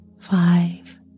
Five